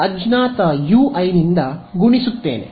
ಆದ್ದರಿಂದ ನಾನು ಅದನ್ನು ಅಜ್ಞಾತ ಯುಐ ನಿಂದ ಗುಣಿಸುತ್ತೇನೆ